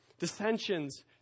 Dissensions